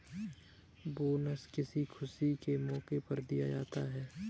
bonus किसी खुशी के मौके पर दिया जा सकता है